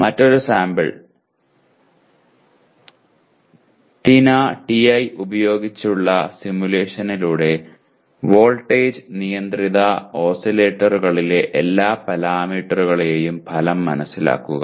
മറ്റൊരു sample TINA TI ഉപയോഗിച്ചുള്ള സിമുലേഷനിലൂടെ വോൾട്ടേജ് നിയന്ത്രിത ഓസിലേറ്ററുകളിലെ എല്ലാ പാരാമീറ്ററുകളുടെയും ഫലം മനസ്സിലാക്കുക